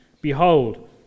Behold